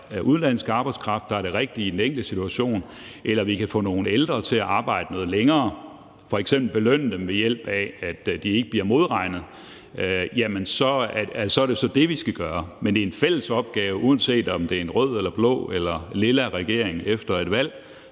udenlandsk arbejdskraft, der er det rigtige i den enkelte situation, eller vi kan få nogle ældre til at arbejde noget længere, f.eks. ved at belønne dem, så de ikke bliver modregnet, jamen så er det jo så det, vi skal gøre. Men det er en opgave, der skal løses i fællesskab, uanset om der er en rød eller blå eller lilla regering efter et valg.